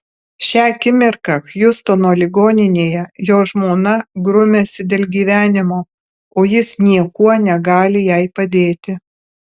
šią akimirką hjustono ligoninėje jo žmona grumiasi dėl gyvenimo o jis niekuo negali jai padėti